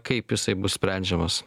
kaip jisai bus sprendžiamas